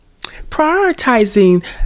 Prioritizing